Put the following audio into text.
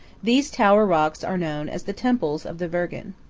these tower rocks are known as the temples of the virgen.